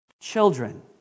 Children